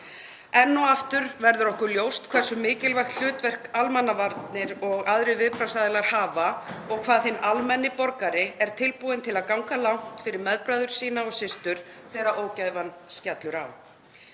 Enn og aftur verður okkur ljóst hversu mikilvægt hlutverk almannavarnir og aðrir viðbragðsaðilar hafa og hvað hinn almenni borgari er tilbúinn til að ganga langt fyrir meðbræður sína og -systur þegar ógæfan skellur á.